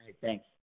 Thanks